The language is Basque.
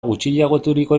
gutxiagoturiko